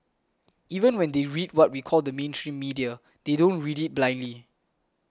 even when they read what we call the mainstream media they don't read it blindly